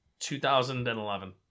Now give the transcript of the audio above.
2011